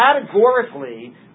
Categorically